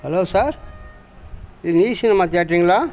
hello sir இது new cinema தேட்ருங்களா